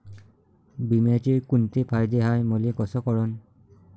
बिम्याचे कुंते फायदे हाय मले कस कळन?